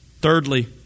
Thirdly